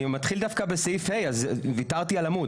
אני מתחיל דווקא בסעיף ה', וויתרתי על עמוד.